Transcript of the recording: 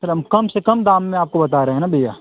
फिर हम कम से कम दाम में आपको बता रहे हैं ना भैया